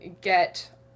get